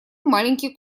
маленький